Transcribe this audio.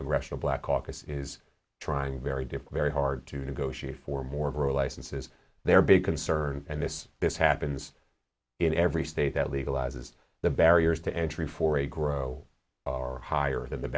congressional black caucus is trying very different very hard to negotiate for more rural licenses their big concern and this this happens in every state that legalizes the barriers to entry for a grow are higher than the